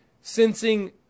sensing